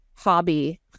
Hobby